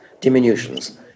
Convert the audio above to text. diminutions